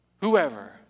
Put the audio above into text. whoever